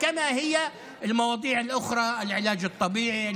והוא פותר את הבעיה עבור כל מי שעבודתו אינה סדירה.